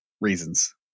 reasons